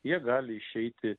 jie gali išeiti